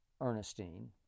Ernestine